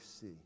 see